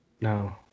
No